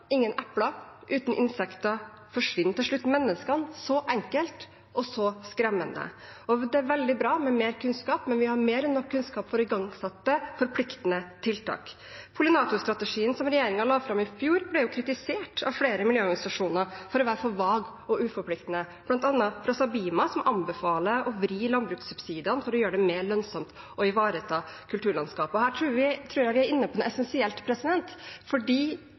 ingen epler. Uten insekter forsvinner til slutt menneskene – så enkelt og så skremmende. Det er veldig bra med mer kunnskap, men vi har mer enn nok kunnskap for å igangsette forpliktende tiltak. Pollinatorstrategien som regjeringen la fram i fjor, ble kritisert av flere miljøorganisasjoner for å være for vag og uforpliktende, bl.a. av Sabima, som anbefaler å vri landbrukssubsidiene for å gjøre det mer lønnsomt å ivareta kulturlandskap. Og her tror jeg vi er inne på noe essensielt fordi